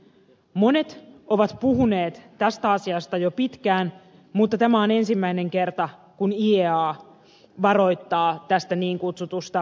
monet ovat puhuneet tästä asiasta jo pitkään mutta tämä on ensimmäinen kerta kun iea varoittaa tästä niin kutsutusta peak oilista